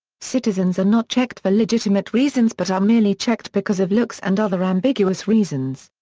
citizens are not checked for legitimate reasons but are merely checked because of looks and other ambiguous reasons.